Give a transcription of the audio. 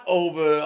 over